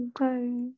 okay